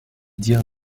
dire